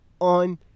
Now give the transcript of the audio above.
on